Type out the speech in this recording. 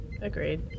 Agreed